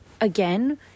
again